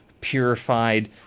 purified